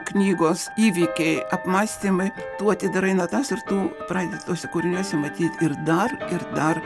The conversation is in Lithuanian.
knygos įvykiai apmąstymai tu atidarai natas ir tu pradedi tuose kūriniuose matyti ir dar ir dar